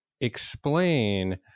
explain